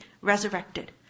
resurrected